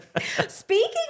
Speaking